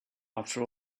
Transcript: after